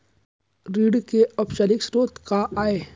ऋण के अनौपचारिक स्रोत का आय?